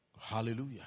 Hallelujah